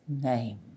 name